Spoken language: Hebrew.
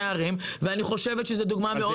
הערים ואני חושבת שזאת דוגמה טובה מאוד.